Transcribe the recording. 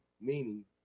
meaning